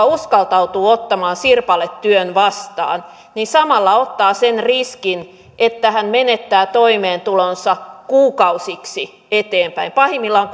uskaltautuu ottamaan sirpaletyön vastaan samalla ottaa sen riskin että hän menettää toimeentulonsa kuukausiksi eteenpäin pahimmillaan